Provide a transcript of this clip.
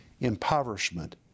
impoverishment